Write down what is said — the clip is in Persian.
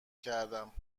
کردم